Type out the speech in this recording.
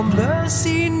mercy